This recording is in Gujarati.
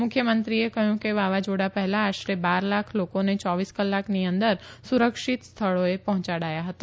મુખ્યમંત્રીએ કહ્યું કે વાવાઝોડા પહેલા આશરે બાર લાખ લોકોને ચોવીસ કલાકની અંદર સુરક્ષિત સ્થળોએ પહોંચાડાયા હતા